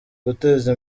guteza